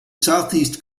southeast